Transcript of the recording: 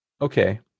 Okay